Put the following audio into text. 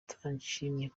atishimye